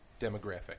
demographic